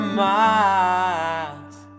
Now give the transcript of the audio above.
miles